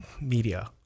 media